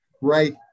right